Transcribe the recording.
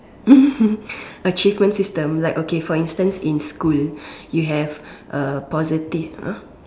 achievement system like okay for instance in school you have a positive !huh!